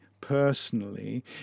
personally